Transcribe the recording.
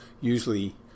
usually